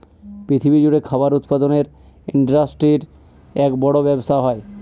পৃথিবী জুড়ে খাবার উৎপাদনের ইন্ডাস্ট্রির এক বড় ব্যবসা হয়